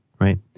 right